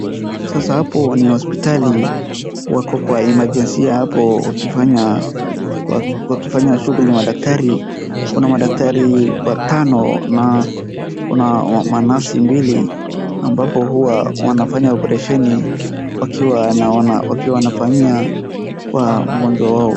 Sasa hapo ni hospitali, wako kwa emergency ya hapo wakifanya, wakifanya shughuli madaktari. Kuna madaktari watano na kuna manasi mbili, ambapo huwa wanafanya operesheni, wakiwa na wana, wakiwa wanafanyia kwa mgonjwa wao.